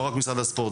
לא רק משרד הספורט,